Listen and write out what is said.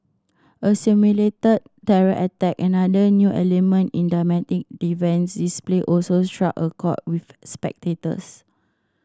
a simulated terror attack another new element in the dynamic defence display also struck a chord with spectators